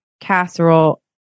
casserole